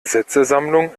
sätzesammlung